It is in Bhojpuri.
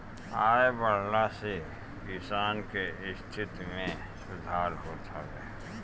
आय बढ़ला से किसान के स्थिति में सुधार होत हवे